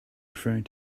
referring